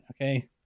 okay